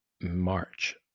march